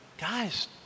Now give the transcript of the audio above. guys